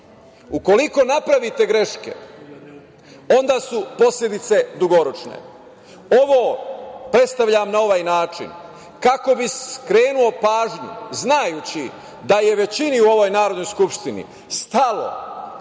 ukoliko napravite greške, onda su posledice dugoročne. Ovo predstavljam na ovaj način kako bi skrenuo pažnju znajući da je većini u ovoj Narodnoj skupštini stalo do ne